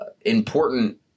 important